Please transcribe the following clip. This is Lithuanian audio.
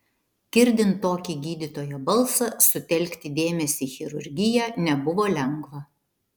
girdint tokį gydytojo balsą sutelkti dėmesį į chirurgiją nebuvo lengva